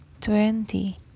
twenty